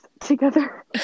together